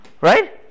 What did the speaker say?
Right